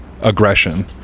aggression